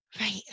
right